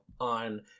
on